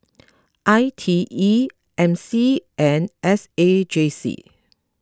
I T E M C and S A J C